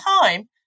time